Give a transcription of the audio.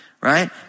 Right